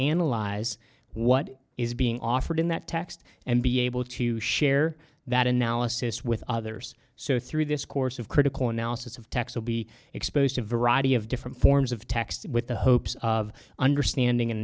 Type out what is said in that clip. analyze what is being offered in that text and be able to share that analysis with others so through this course of critical analysis of texel be exposed to a variety of different forms of text with the hopes of understanding and